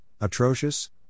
atrocious